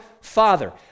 Father